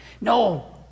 No